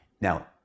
Now